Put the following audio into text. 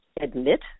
admit